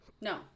no